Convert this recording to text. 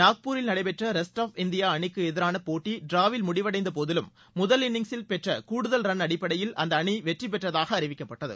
நாக்பூரில் நடைபெற்ற rest of India அணிக்கு எதிரான போட்டி ட்ராவில் முடிவளடந்த போதிலும் முதல் இன்னிங்சில் பெற்ற கூடுதல் ரன் அடிப்படையில் அந்த அணி வெற்றி பெற்றதாக அறிவிக்கப்பட்டது